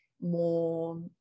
more